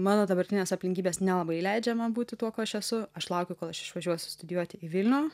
mano dabartinės aplinkybės nelabai leidžia man būti tuo kuo aš esu aš laukiu kol aš išvažiuosiu studijuoti į vilnių